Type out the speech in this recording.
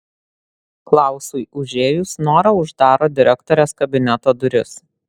klausui užėjus nora uždaro direktorės kabineto duris